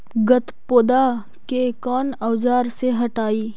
गत्पोदा के कौन औजार से हटायी?